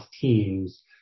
teams